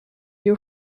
you